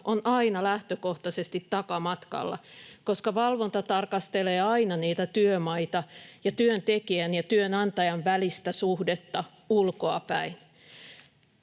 on aina lähtökohtaisesti takamatkalla, koska valvonta tarkastelee aina niitä työmaita ja työntekijän ja työnantajan välistä suhdetta ulkoapäin.